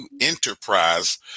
Enterprise